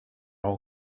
all